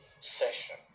session